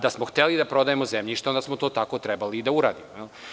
Da smo hteli da prodajemo zemljište, trebalo je tako i da uradimo.